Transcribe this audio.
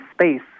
space